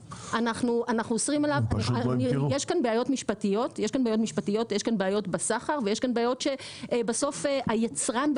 אנחנו לא שוק כזה גדול שאנחנו